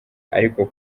ariko